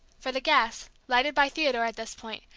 for the gas, lighted by theodore at this point,